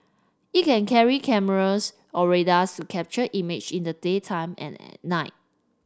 it can carry cameras or radars to capture image in the daytime and at night